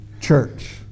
church